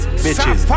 bitches